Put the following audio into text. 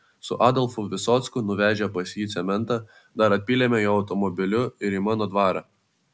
su adolfu visocku nuvežę pas jį cementą dar atpylėme jo automobiliu ir į mano dvarą